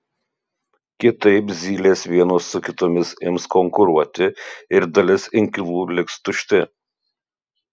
kitaip zylės vienos su kitomis ims konkuruoti ir dalis inkilų liks tušti